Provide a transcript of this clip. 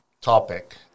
topic